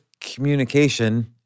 communication